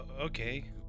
Okay